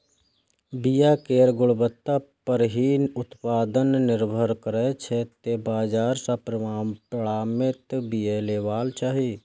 बिया केर गुणवत्ता पर ही उत्पादन निर्भर करै छै, तें बाजार सं प्रमाणित बिया लेबाक चाही